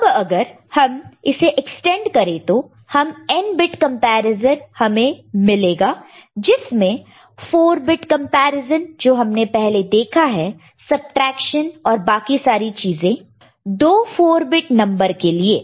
अब अगर हम इसे एक्सटेंड करें तो हमें n बिट कंपैरिजन मिलेगा जिसमें 4 बिट कंपैरिजन जो हमने पहले देखा है सबट्रैक्शन और बाकी सारी चीजें दो 4 बिट नंबर के लिए